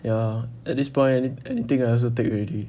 ya at this point anything I also take already